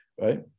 right